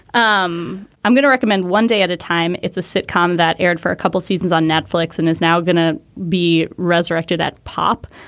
um i'm going to recommend one day at a time. it's a sitcom that aired for a couple of seasons on netflix and is now going to be resurrected that pop.